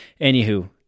Anywho